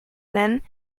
nennen